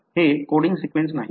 हे coding sequence नाहीत